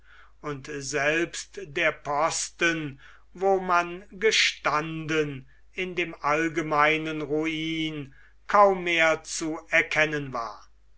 und selbst der posten wo man gestanden in dem allgemeinen ruin kaum mehr zu erkennen war